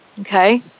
okay